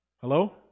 Hello